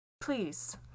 Please